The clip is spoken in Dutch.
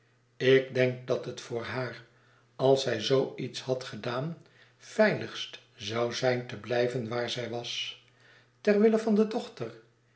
ik denk dat het voor haar als zij zoo iets had edaan veiligst zou zijn teblijven waar zij was ter wille van de dochter